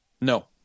No